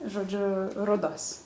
žodžiu rudos